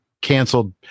canceled